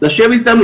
לשבת איתנו.